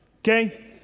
okay